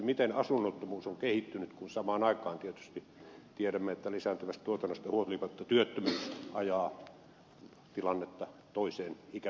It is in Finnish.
miten asunnottomuus on kehittynyt kun samaan aikaan tietysti tiedämme että lisääntyvästä tuotannosta huolimatta työttömyys ajaa tilannetta toiseen ikävämpään suuntaan